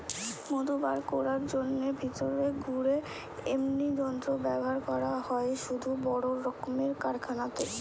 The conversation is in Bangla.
মধু বার কোরার জন্যে ভিতরে ঘুরে এমনি যন্ত্র ব্যাভার করা হয় শুধু বড় রক্মের কারখানাতে